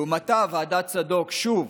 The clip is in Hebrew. לעומתה, ועדת צדוק, שוב,